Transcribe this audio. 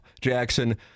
Jackson